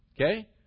okay